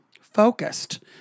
focused